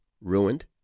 ruined